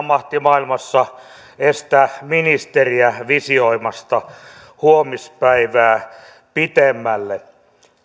mahti maailmassa estä ministeriä visioimasta huomispäivää pitemmälle